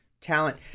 talent